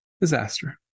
disaster